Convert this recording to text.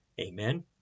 Amen